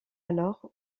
alors